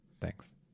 Thanks